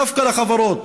דווקא לחברות.